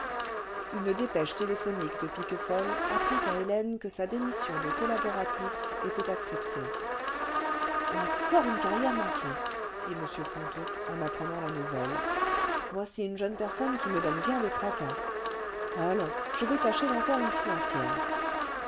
une dépêche téléphonique de piquefol apprit à hélèue que sa démission de collaboratrice était acceptée encore une carrière manquéeo dit m ponto en apprenant la nouvelle voici une jeune personne qui me donne bien des tracas allons je vais tâcher d'en faire une financière